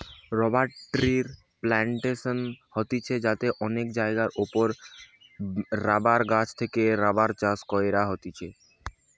rubber ট্রির plantation হতিছে যাতে অনেক জায়গার ওপরে রাবার গাছ থেকে রাবার চাষ কইরা হতিছে